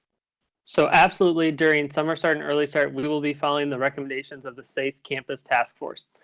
so absolutely during summer start and early start, we will be following the recommendations of the safe campus task force.